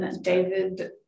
David